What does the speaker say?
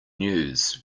news